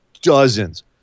dozens